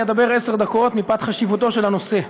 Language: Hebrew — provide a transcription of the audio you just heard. עד עשר דקות להציג לנו את הצעתך.